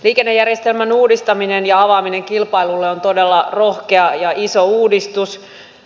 liikennejärjestelmän uudistaminen ja avaaminen kilpailulle on todella rohkea ja iso uudistus